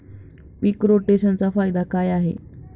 पीक रोटेशनचा फायदा काय आहे?